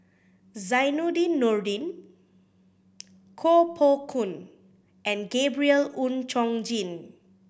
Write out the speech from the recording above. Zainudin Nordin Koh Poh Koon and Gabriel Oon Chong Jin